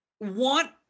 want